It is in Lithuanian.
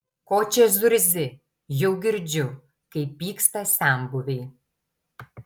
ko čia zurzi jau girdžiu kaip pyksta senbuviai